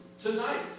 tonight